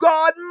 God